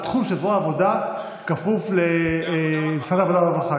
התחום של זרוע העבודה כפוף לעבודה והרווחה,